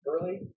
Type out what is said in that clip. early